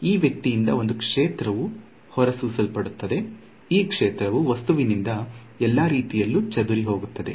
ಈ ವ್ಯಕ್ತಿಯಿಂದ ಒಂದು ಕ್ಷೇತ್ರವು ಹೊರಸೂಸಲ್ಪಡುತ್ತದೆ ಈ ಕ್ಷೇತ್ರವು ವಸ್ತುವಿನಿಂದ ಎಲ್ಲ ರೀತಿಯಲ್ಲೂ ಚದುರಿಹೋಗುತ್ತದೆ